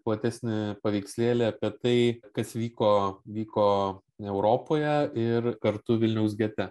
platesnį paveikslėlį apie tai kas vyko vyko europoje ir kartu vilniaus gete